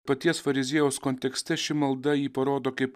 paties fariziejaus kontekste ši malda jį parodo kaip